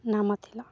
ନାମ ଥିଲା